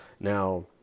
Now